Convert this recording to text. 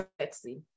sexy